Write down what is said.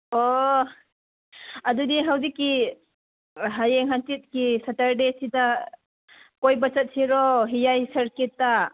ꯑꯣ ꯑꯗꯨꯗꯤ ꯍꯧꯖꯤꯛꯀꯤ ꯍꯌꯦꯡ ꯍꯪꯆꯤꯠꯀꯤ ꯁꯇꯔꯗꯦꯁꯤꯗ ꯀꯣꯏꯕ ꯆꯠꯁꯤꯔꯣ ꯍꯤꯌꯥꯏ ꯁꯔ꯭ꯁꯀꯤꯠꯇ